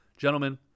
Gentlemen